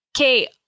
Okay